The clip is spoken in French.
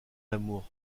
l’amour